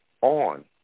on